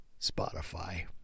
Spotify